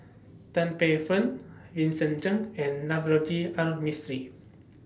Tan Paey Fern Vincent Cheng and Navroji R Mistri